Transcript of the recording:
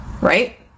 Right